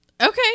Okay